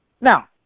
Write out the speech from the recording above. Now